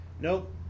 nope